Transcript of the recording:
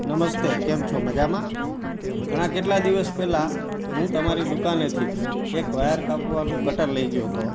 નમસ્તે કેમ છો મજામાં ઘણાં કેટલાય દિવસ પહેલાં હું તમારી દુકાનેથી એક વાયર કાપવાનું કટર લઇ ગયો હતો